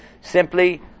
simply